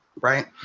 right